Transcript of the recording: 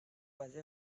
baze